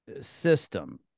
system